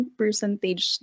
percentage